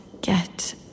get